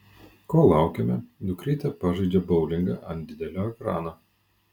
kol laukiame dukrytė pažaidžia boulingą ant didelio ekrano